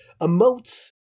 emotes